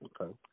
okay